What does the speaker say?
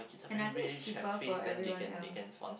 and I think is cheaper for everyone else